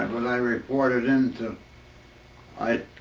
um when i reported in to i